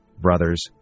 brothers